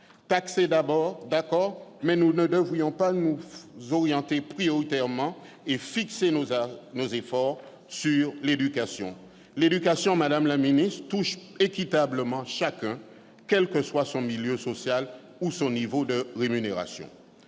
Taxer, d'accord, mais ne devrions-nous pas prioritairement axer nos efforts sur l'éducation ? L'éducation, madame la ministre, touche équitablement chacun, quel que soit le milieu social ou le niveau de rémunération.